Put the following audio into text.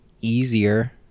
easier